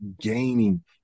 gaining